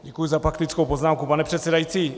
Děkuji za faktickou poznámku, pane předsedající.